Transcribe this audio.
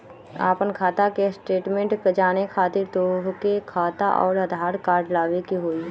आपन खाता के स्टेटमेंट जाने खातिर तोहके खाता अऊर आधार कार्ड लबे के होइ?